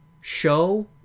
show